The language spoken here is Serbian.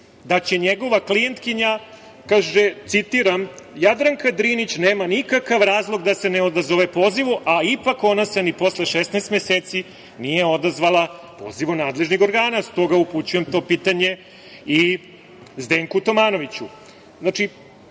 da će njegova klijentkinja, citiram: „Jadranka Drinić nema nikakav razlog da se ne odazove pozivu“, a ipak ona se ni posle 16 meseci nije odazvala pozivu nadležnih organa. Stoga upućujem to pitanje i Zdenku Tomanoviću. Ali,